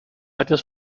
áreas